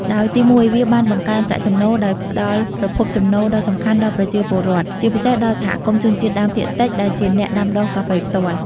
ដោយទីមួយ វាបាន បង្កើនប្រាក់ចំណូល ដោយផ្តល់ប្រភពចំណូលដ៏សំខាន់ដល់ប្រជាពលរដ្ឋ ជាពិសេសដល់សហគមន៍ជនជាតិដើមភាគតិច ដែលជាអ្នកដាំដុះកាហ្វេផ្ទាល់។